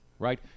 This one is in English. Right